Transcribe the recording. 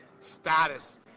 status